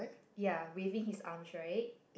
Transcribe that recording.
ya waving his arms right